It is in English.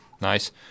Nice